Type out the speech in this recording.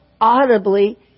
audibly